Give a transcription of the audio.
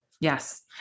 Yes